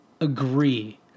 agree